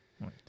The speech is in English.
Right